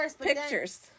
pictures